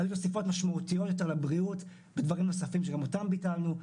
היו תוספות משמעותיות יותר לבריאות בדברים נוספים שגם אותן ביטלנו.